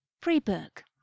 Pre-book